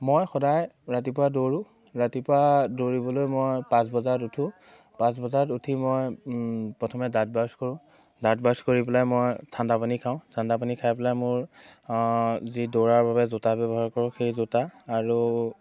মই সদায় ৰাতিপুৱা দৌৰোঁ ৰাতিপুৱা দৌৰিবলৈ মই পাঁচ বজাত উঠোঁ পাঁচ বজাত উঠি মই প্ৰথমে দাঁত ব্ৰাছ কৰোঁ দাঁত ব্ৰাছ কৰি পেলাই মই ঠাণ্ডা পানী খাওঁ ঠাণ্ডা পানী খাই পেলাই মোৰ যি দৌৰাৰ বাবে জোতা ব্যৱহাৰ কৰোঁ সেই জোতা আৰু